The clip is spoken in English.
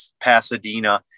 Pasadena